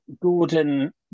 Gordon